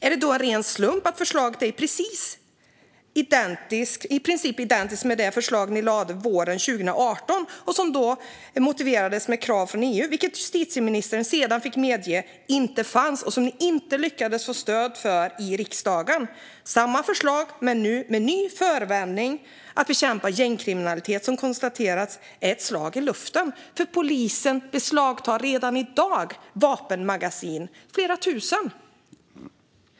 Är det då en ren slump att förslaget i princip är identiskt med det förslag ni lade fram våren 2018 som då motiverades med krav från EU, vilket justitieministern sedan fick medge inte fanns, och som ni inte lyckades få stöd för i riksdagen? Det är samma förslag, men nu med den nya förevändningen att bekämpa gängkriminaliteten. Detta har konstaterats vara ett slag i luften. Polisen beslagtar nämligen redan i dag flera tusen vapenmagasin.